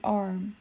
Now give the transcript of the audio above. arm